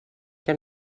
que